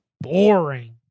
boring